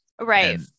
Right